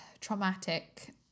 traumatic